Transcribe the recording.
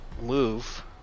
move